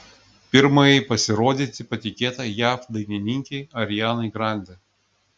pirmajai pasirodyti patikėta jav dainininkei arianai grande